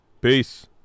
Peace